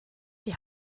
die